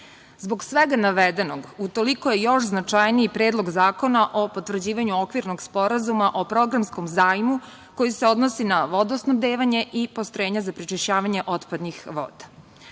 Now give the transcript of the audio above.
svega navedenog, utoliko je još značajniji Predlog zakona o potvrđivanju Okvirnog sporazuma o programskom zajmu koji se odnosi na vodosnabdevanje i postrojenja za prečišćavanje otpadnih voda. Kod